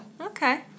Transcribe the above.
Okay